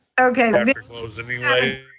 Okay